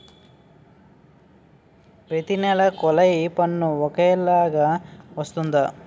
ప్రతి నెల కొల్లాయి పన్ను ఒకలాగే వస్తుందా?